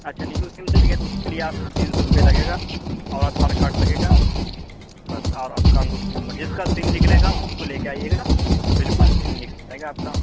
اچھا new SIM چاہیے تو اس کے لیے آپ کو تین سو روپیے لگے گا اور آدھار کارڈ لگے گا بس اور آپ کا انگوٹھا نمبر جس کا سم نکلے گا اس کو لے کے آئیے گا اور بالکل سم نکل جائے گا آپ کا